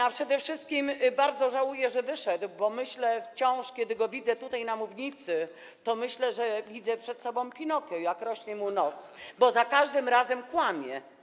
A przede wszystkim bardzo żałuję, że wyszedł, bo wciąż myślę, kiedy go widzę tutaj na mównicy, że widzę przed sobą Pinokia, jak rośnie mu nos, bo za każdym razem kłamie.